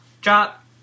drop